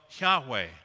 Yahweh